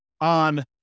on